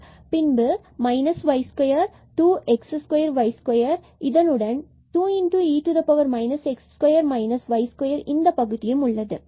எனவே y2 பின்பு 2x2y2 இதனுடன் 2e x2 4y2 இந்த பகுதியும் உள்ளது